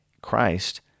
Christ